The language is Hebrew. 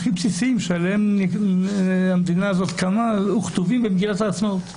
הערכים הכי בסיסיים שעליהם המדינה הזאת קמה וכתובים במגילת העצמאות.